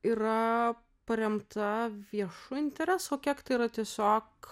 yra paremta viešu interesu kiek tai yra tiesiog